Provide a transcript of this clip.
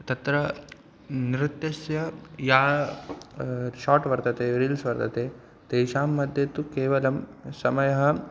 तत्र नृत्यस्य या शाट् वर्तते रील्स् वर्तन्ते तेषां मध्ये तु केवलं समयः